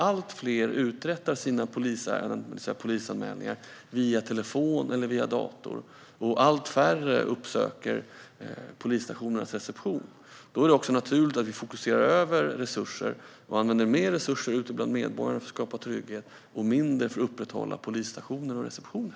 Allt fler uträttar sina polisärenden, det vill säga gör polisanmälningar, via telefon eller dator. Allt färre uppsöker polisstationernas receptioner. Då är det också naturligt att vi fokuserar över resurser och använder mer resurser ute bland medborgarna för att skapa trygghet och mindre för att upprätthålla polisstationer och receptioner.